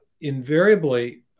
invariably